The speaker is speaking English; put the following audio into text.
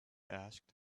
asked